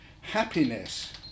happiness